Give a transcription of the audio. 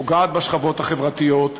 פוגעת בשכבות החברתיות,